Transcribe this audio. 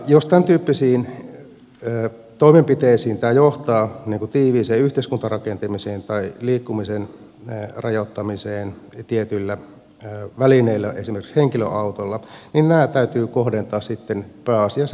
jos tämäntyyppisiin toimenpiteisiin tämä johtaa niin kuin tiiviiseen yhteiskuntarakentamiseen tai liikkumisen rajoittamiseen tietyillä välineillä esimerkiksi henkilöautolla niin nämä täytyy kohdentaa sitten pääasiassa pääkaupunkiseudulle